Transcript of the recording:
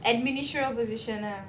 administerial position ah